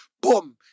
boom